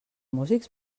músics